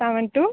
seven two